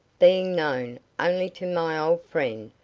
being known only to my old friend,